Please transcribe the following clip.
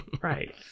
right